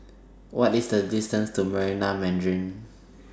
What IS The distance to Marina Mandarin